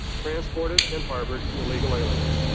transported, and harbored illegal aliens.